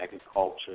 Agriculture